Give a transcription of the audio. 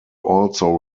also